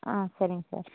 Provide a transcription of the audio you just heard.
ஆ சரிங்க சார்